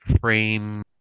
frame